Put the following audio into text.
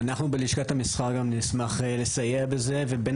אנו בלשכת המסחר נשמח לסייע בזה ובין